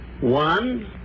One